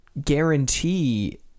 guarantee